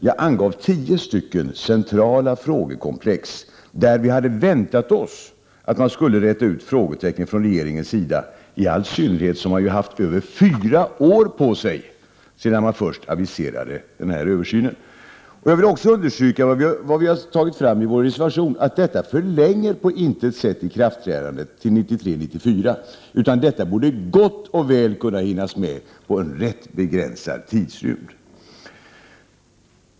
Jag angav tio centrala problemkomplex där vi hade väntat oss att regeringen skulle räta ut frågetecknen — i all synnerhet som man har haft över fyra år på sig sedan man aviserade översynen. Jag vill också understryka vad vi har påpekat i reservation 1, nämligen att detta på intet sätt försenar ikraftträdandet till 1993/94, utan borde gott och väl kunna hinnas med på en begränsad tidsrymd.